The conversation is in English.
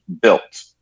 built